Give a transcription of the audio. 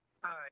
Hi